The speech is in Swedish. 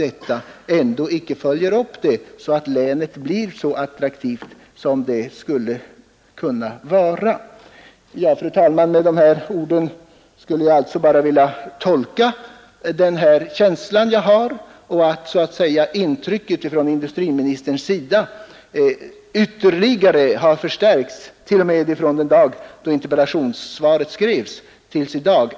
Olika åtgärder måste stödja varandra så att länet blir så attraktivt det skulle kunna vara. Fru talman! Med dessa ord har jag alltså velat tolka det intryck jag har av industriministerns inställning — nämligen att hans positiva inställning till problem i Södermanland förstärkts sedan interpellationssvaret skrevs.